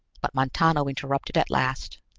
but montano interrupted at last.